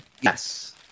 yes